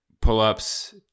pull-ups